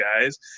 guys